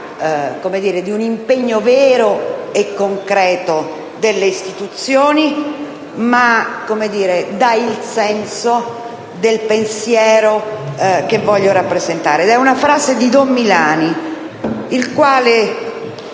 di un impegno vero e concreto delle istituzioni, ma dà il senso del pensiero che voglio rappresentare. È una frase di don Milani, il quale